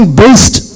based